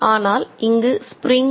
ஆனால் இங்கு ஸ்ப்ரிங்